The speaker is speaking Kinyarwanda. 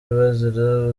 bazira